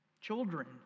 Children